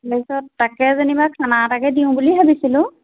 তাৰপিছত তাকে যেনিবা খানা এটাকে দিওঁ বুলি ভাবিছিলোঁ